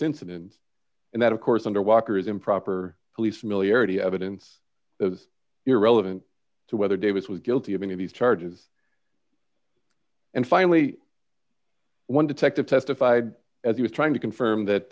incident and that of course under walker's improper police familiarity evidence that was irrelevant to whether davis was guilty of any of these charges and finally one detective testified as he was trying to confirm